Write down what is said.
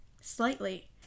Slightly